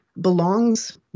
belongs